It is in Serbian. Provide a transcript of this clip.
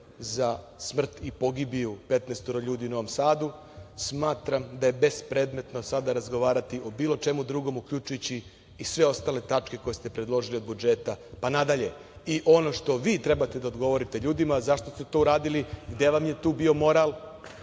za smrt i pogibiju 15 ljudi u Novom Sadu, smatram da je bespredmetno sada razgovarati o bilo čemu drugom, uključujući i sve ostale tačke koje ste predložili od budžeta pa nadalje. Ono što vi trebate da odgovorite ljudima zašto ste to uradili, gde vam je tu bio moral